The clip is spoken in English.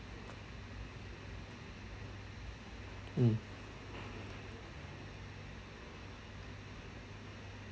mm